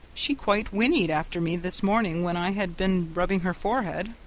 she quite whinnied after me this morning when i had been rubbing her forehead.